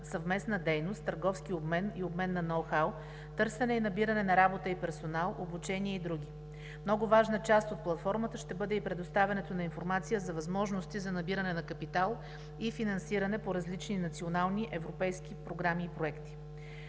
съвместна дейност, търговски обмен и обмен на ноу-хау, търсене и набиране на работа и персонал, обучение и други. Много важна част от платформата ще бъде и предоставянето на информация за възможности за набиране на капитал и финансиране по различни национални и европейски програми и проекти.